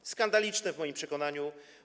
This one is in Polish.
To skandaliczne w moim przekonaniu.